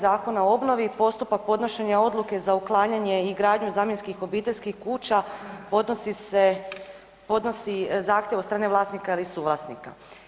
Zakona o obnovi postupak podnošenja odluke za uklanjanje i gradnju zamjenskih obiteljskih kuća podnosi se, podnosi zahtjev od strane vlasnika ili suvlasnika.